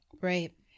Right